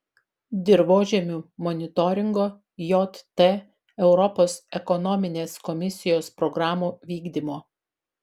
dirvožemių monitoringo jt europos ekonominės komisijos programų vykdymo